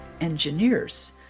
engineers